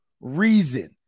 reason